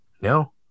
No